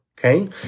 Okay